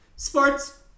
Sports